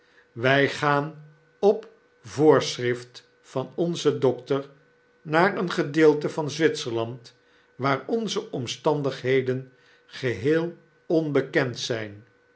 wy gaan op voorschrift van onzen dokter naar een gedeelte van zwitserland waar onze orastandigheden geheel onbekend zyn